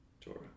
Torah